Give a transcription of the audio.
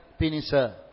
Pinisa